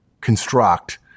construct